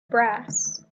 brass